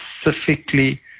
specifically